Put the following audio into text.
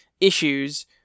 issues